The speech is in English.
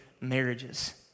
marriages